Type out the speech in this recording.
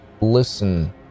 listen